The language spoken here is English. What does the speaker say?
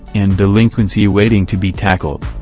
and delinquency waiting to be tackled.